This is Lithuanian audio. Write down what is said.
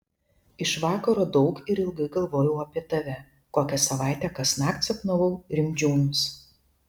iš vakaro daug ir ilgai galvojau apie tave kokią savaitę kasnakt sapnavau rimdžiūnus